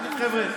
שיגיד: חבר'ה,